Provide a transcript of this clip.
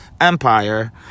empire